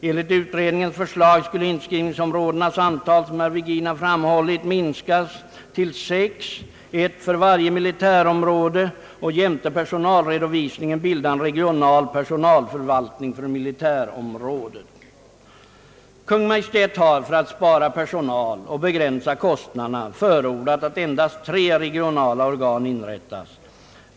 Enligt utredningens förslag skulle inskrivningsområdenas antal, såsom herr Virgin har framhållit, minskas till sex, ett för varje militärområde, och jämte personalredovisningen bilda en regional personalförvaltning för militärområdet. Kungl. Maj:t har för att spara personal och begränsa kostnaderna förordat att endast tre regionala organ inrättas.